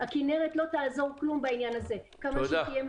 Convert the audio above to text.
הכינרת לא תעזור כלום בעניין הזה כמה